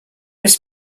was